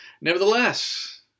Nevertheless